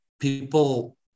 people